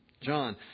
John